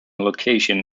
location